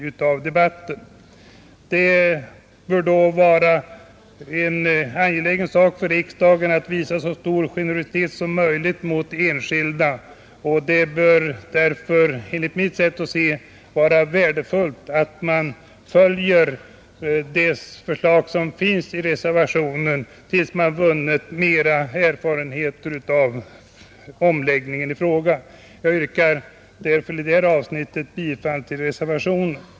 Men då detta sker bör det vara en angelägen sak för riksdagen att visa så stor generositet som möjligt mot de enskilda. Det borde enligt mitt sätt att se vara värdefullt, om man kunde följa det förslag som finns i reservationen, tills man vunnit närmare erfarenheter av omläggningen i fråga. Jag yrkar därför i det här avsnittet bifall till reservationen.